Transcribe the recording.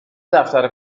دفتر